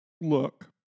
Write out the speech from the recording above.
Look